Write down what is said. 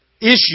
issue